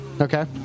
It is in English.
Okay